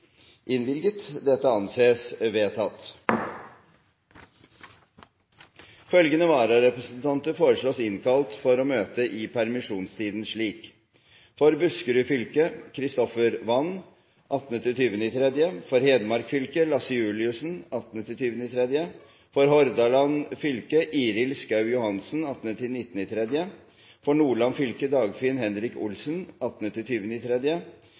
Følgende vararepresentanter innkalles for å møte i permisjonstiden slik: For Buskerud fylke: Christopher Wand 18.–20. mars For Hedmark fylke: Lasse Juliussen 18.–20. mars For Hordaland fylke: Iril Schau Johansen 18.–19. mars For Nordland fylke: Dagfinn